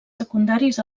secundaris